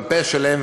בפה שלהם,